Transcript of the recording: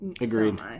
Agreed